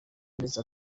ndetse